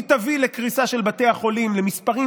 היא תביא לקריסה של בתי החולים למספרים